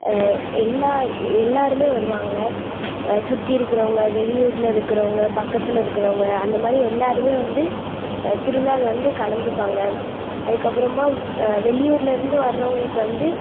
எல்லா எல்லாேருமே வருவாங்க சுற்றியிருக்குறவங்க வெளியூரில் இருக்கிறவங்க பக்கத்தில் இருக்கிறவங்க அந்தமாதிரி எல்லாேருமே வந்து திருவிழால வந்து கலந்துப்பாங்க அதுக்கப்புறமா வெளியூரிலேருந்து வரவர்களுக்கு வந்து